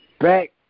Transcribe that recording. back